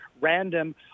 random